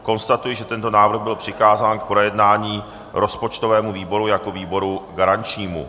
Konstatuji, že tento návrh byl přikázán k projednání rozpočtovému výboru jako výboru garančnímu.